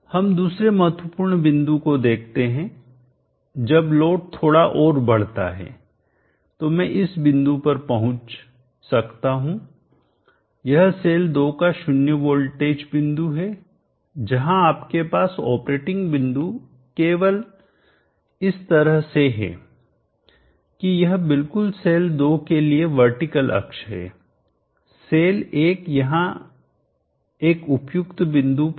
हम दूसरे महत्वपूर्ण बिंदु को देखते हैं जब लोड थोड़ा और बढ़ता है तो मैं इस बिंदु पर पहुंच सकता हूं यह सेल 2 का शून्य वोल्टेज बिंदु है जहां आपके पास ऑपरेटिंग बिंदु बिल्कुल इस तरह से है कि यह बिल्कुल सेल 2 के लिए वर्टिकल अक्ष है सेल 1 यहाँ एक उपयुक्त बिंदु पर है